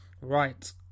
right